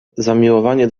zamiłowanie